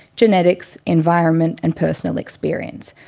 genetics, environment and personal experience.